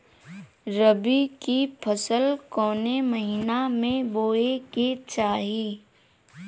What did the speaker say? रबी की फसल कौने महिना में बोवे के चाही?